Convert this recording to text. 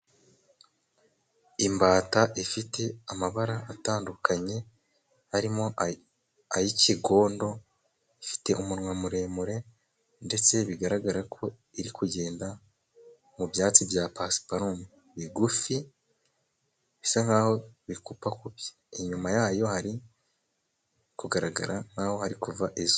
Imbata ifite amabara atandukanye, harimo ay'ikigondo ifite umunwa muremure, ndetse bigaragara ko iri kugenda mu byatsi bya pasuparume, bigufi bisa nk'aho bikupakubye, inyuma yayo hari kugaragara nk'aho hari kuva izuba.